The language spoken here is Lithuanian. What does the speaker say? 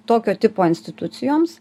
tokio tipo institucijoms